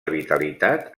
vitalitat